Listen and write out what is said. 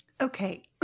Okay